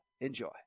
Enjoy